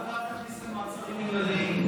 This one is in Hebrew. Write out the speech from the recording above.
מעצרים מינהליים.